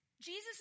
Jesus